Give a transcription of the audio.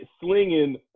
slinging